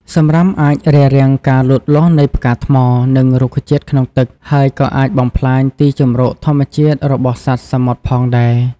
សំរាមអាចរារាំងការលូតលាស់នៃផ្កាថ្ម និងរុក្ខជាតិក្នុងទឹក ហើយក៏អាចបំផ្លាញទីជម្រកធម្មជាតិរបស់សត្វសមុទ្រផងដែរ។